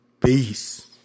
Peace